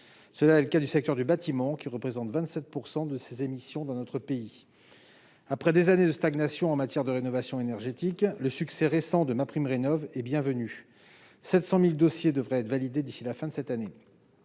effet de serre, notamment le BTP, qui représente 27 % des émissions dans notre pays. Après des années de stagnation en matière de rénovation énergétique, le succès récent de MaPrimeRénov'est bienvenu : 700 000 dossiers devraient ainsi être validés d'ici à la fin de cette année.